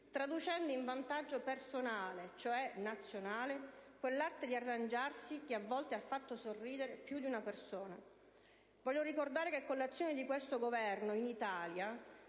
traducendo in vantaggio personale, cioè nazionale, quell'arte di arrangiarsi che, a volte, ha fatto sorridere più di una persona. Voglio ricordare che con l'azione di questo Governo in Italia